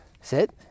Sit